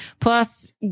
plus